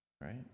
right